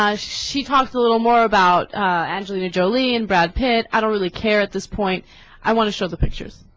ah she talked a little more about angelina jolie and brad pitt at a really care at this point i want to show the pictures